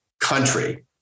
country